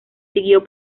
siguió